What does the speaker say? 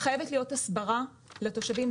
חייבת להיות הסברה לתושבים.